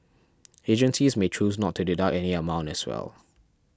agencies may choose not to deduct any amount as well